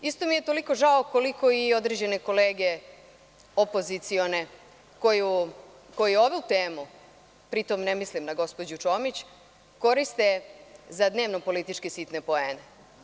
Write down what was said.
Isto mi je toliko žao, koliko i određene kolege, opozicione, koji ovu temu, pri tom ne mislim na gospođu Čomić, koriste za dnevno-političke sitne poene.